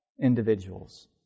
individuals